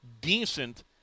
decent